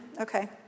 Okay